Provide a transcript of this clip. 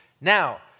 Now